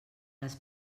les